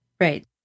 Right